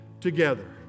together